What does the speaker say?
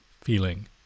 feeling